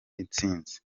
intsinzi